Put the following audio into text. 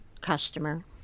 customer